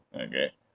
Okay